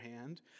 hand